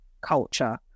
culture